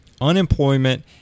unemployment